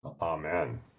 Amen